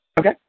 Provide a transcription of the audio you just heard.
Okay